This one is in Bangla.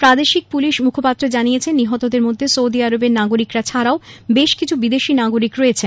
প্রাদেশিক পুলিশের মুখপাত্র জানিয়েছেন নিহতদের মধ্যে সৌদি আরবের নাগরিকরা ছাড়াও বেশ কিছু বিদেশী নাগরিক রয়েছেন